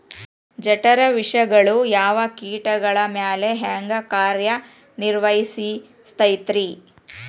ಜಠರ ವಿಷಗಳು ಯಾವ ಕೇಟಗಳ ಮ್ಯಾಲೆ ಹ್ಯಾಂಗ ಕಾರ್ಯ ನಿರ್ವಹಿಸತೈತ್ರಿ?